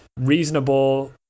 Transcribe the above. reasonable